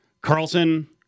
Carlson